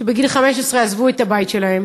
שבגיל 15 עזבו את הבית שלהם